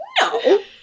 No